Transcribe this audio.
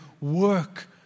work